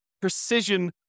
precision